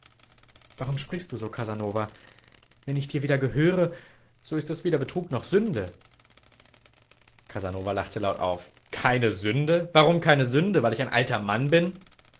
warum sprichst du so casanova wenn ich dir wieder gehöre so ist es weder betrug noch sünde casanova lachte laut auf keine sünde warum keine sünde weil ich ein alter mann bin